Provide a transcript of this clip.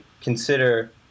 consider